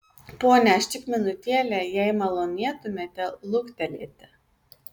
pone aš tik minutėlę jei malonėtumėte luktelėti